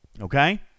Okay